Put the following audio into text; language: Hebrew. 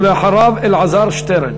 ולאחריו, אלעזר שטרן.